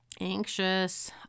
anxious